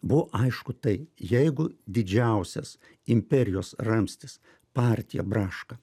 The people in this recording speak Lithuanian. buvo aišku tai jeigu didžiausias imperijos ramstis partija braška